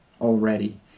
already